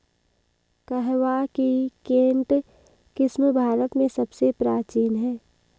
कहवा की केंट किस्म भारत में सबसे प्राचीन है